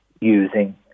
using